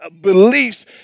beliefs